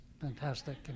fantastic